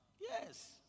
Yes